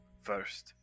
first